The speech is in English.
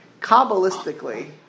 kabbalistically